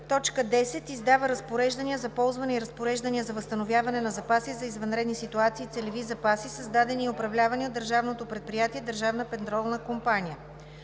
„10. издава разпореждания за ползване и разпореждания за възстановяване на запаси за извънредни ситуации и целеви запаси, създадени и управлявани от Държавното предприятие „Държавна петролна компания“;“